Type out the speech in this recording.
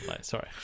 sorry